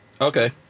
Okay